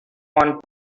one